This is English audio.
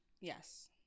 yes